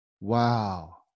Wow